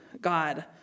God